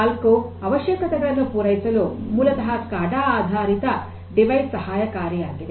0 ಅವಶ್ಯಕತೆಗಳನ್ನು ಪೂರೈಸಲು ಮೂಲತಃ ಸ್ಕಾಡಾ ಆಧಾರಿತ ಡಿವೈಸ್ ಸಹಾಯಕಾರಿಯಾಗಿದೆ